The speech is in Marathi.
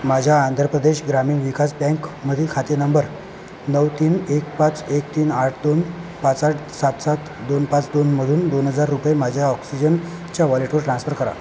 माझ्या आंध्र प्रदेश ग्रामीण विकास बँकमधील खाते नंबर नऊ तीन एक पाच एक तीन आठ दोन पाच आठ सात सात दोन पाच दोन मधून दोन हजार रुपये माझ्या ऑक्सिजनच्या वॉलेटवर ट्रान्सफर करा